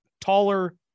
taller